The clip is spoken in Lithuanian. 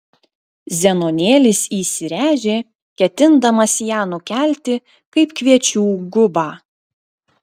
zenonėlis įsiręžė ketindamas ją nukelti kaip kviečių gubą